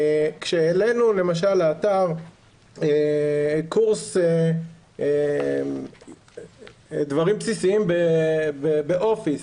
כשהעלינו למשל לאתר דברים בסיסיים באופיס,